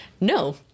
no